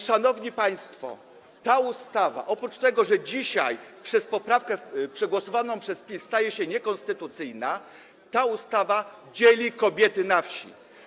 Szanowni państwo, ta ustawa - oprócz tego, że dzisiaj przez poprawkę przegłosowaną przez PiS staje się niekonstytucyjna - dzieli kobiety na wsi.